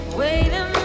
waiting